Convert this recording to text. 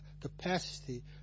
capacity